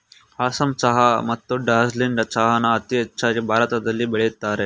ಅಸ್ಸಾಂ ಚಹಾ ಮತ್ತು ಡಾರ್ಜಿಲಿಂಗ್ ಚಹಾನ ಅತೀ ಹೆಚ್ಚಾಗ್ ಭಾರತದಲ್ ಬೆಳಿತರೆ